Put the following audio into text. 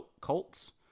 Colts